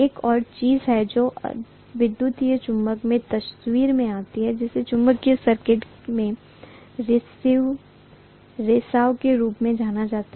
एक और चीज है जो विद्युत चुंबकत्व में तस्वीर में आती है जिसे चुंबकीय सर्किट में रिसाव के रूप में जाना जाता है